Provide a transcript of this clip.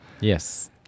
yes